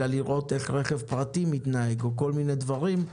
אלא לראות איך רכב פרטי מתנהג או כל מיני דברים כאלה.